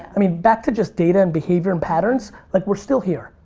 i mean back to just data and behavior and patterns, like we're still here.